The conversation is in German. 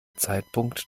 zeitpunkt